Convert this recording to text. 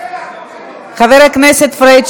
חבר הכנסת פריג',